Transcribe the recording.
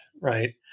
right